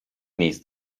miejsc